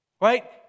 right